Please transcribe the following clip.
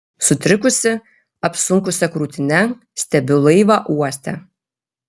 sutrikusi apsunkusia krūtine stebiu laivą uoste